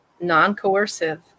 non-coercive